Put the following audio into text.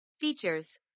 Features